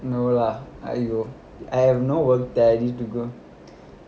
no lah !aiyo! I have no work time to do